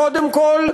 קודם כול,